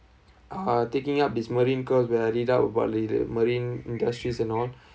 uh taking up this marine when I read up about the marine industries and on